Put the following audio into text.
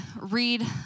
read